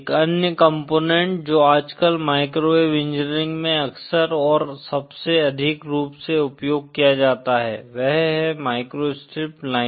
एक अन्य कॉम्पोनेन्ट जो आजकल माइक्रोवेव इंजीनियरिंग में अक्सर और सबसे अधिक रूप से उपयोग किया जाता है वह है माइक्रोस्ट्रिप लाइन